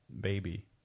baby